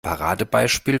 paradebeispiel